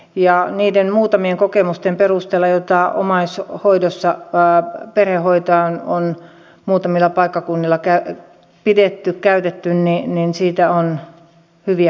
ja niiden muutamien kokemusten perustella joissa perhehoitoa on muutamilla paikkakunnilla käytetty omaishoitoon siitä on hyviä kokemuksia